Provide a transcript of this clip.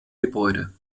gebäude